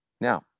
Now